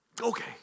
okay